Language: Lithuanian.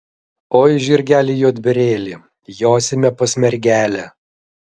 oi žirgeli juodbėrėli josime pas mergelę